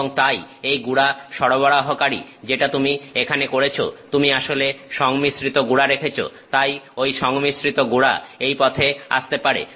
এবং তাই এই গুড়া সরবরাহকারী যেটা তুমি এখানে করেছ তুমি আসলে সংমিশ্রিত গুড়া রেখেছো তাই ওই সংমিশ্রিত গুড়া এই পথে আসতে পারে